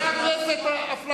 הממשלה